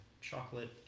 chocolate